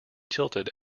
tilted